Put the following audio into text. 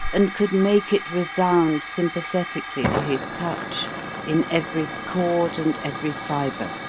and could make it resound sympathetically to his touch in every chord and every fibre.